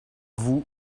vous